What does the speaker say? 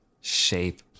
shape